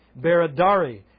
Beradari